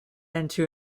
into